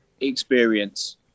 experience